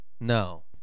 No